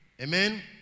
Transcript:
Amen